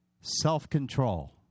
self-control